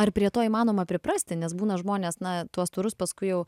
ar prie to įmanoma priprasti nes būna žmonės na tuos storus paskui jau